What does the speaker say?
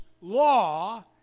law